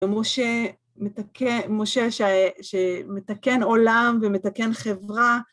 ומשה שמתקן עולם ומתקן חברה.